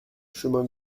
chemin